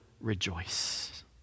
rejoice